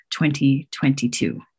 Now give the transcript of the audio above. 2022